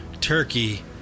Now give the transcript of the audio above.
turkey